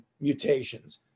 mutations